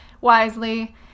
wisely